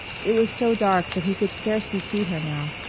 it was so dark that he could scarcely see her now.